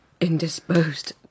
Indisposed